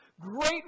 great